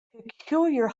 peculiar